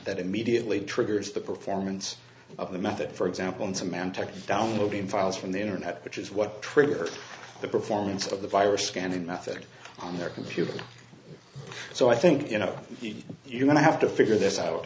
that immediately triggers the performance of the method for example in symantec downloading files from the internet which is what triggered the performance of the virus scanning method on the computer so i think you know you're going to have to figure this out